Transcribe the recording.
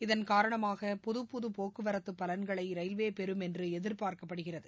இதன்காரணமாக புதுப்புது போக்குவரத்து பலன்களை ரயில்வே பெறும் என்று எதிர்பார்க்கப்படுகிறது